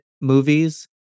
movies